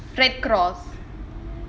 red cross